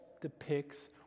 depicts